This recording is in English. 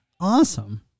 awesome